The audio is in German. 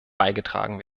beigetragen